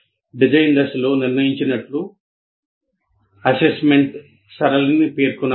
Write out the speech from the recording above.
design దశలో నిర్ణయించినట్లు assessment సరళిని పేర్కొనాలి